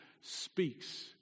speaks